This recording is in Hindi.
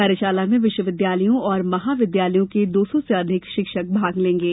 कार्यशाला में विश्वविद्यालयों और महाविद्यालयों के दो सौ से अधिक शिक्षक भाग लेंगे